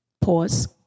Pause